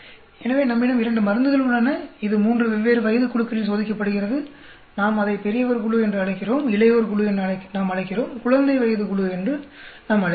எனவே நம்மிடம் இரண்டு மருந்துகள் உள்ளன இது மூன்று வெவ்வேறு வயதுக் குழுக்களில் சோதிக்கப்படுகிறது நாம் அதை பெரியவர் குழு என்று அழைக்கிறோம் இளையவர் குழு என நாம் அழைக்கிறோம் குழந்தை வயது குழு என்று நாம் அழைக்கிறோம்